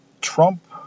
Trump